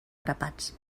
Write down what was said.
grapats